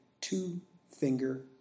two-finger